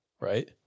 right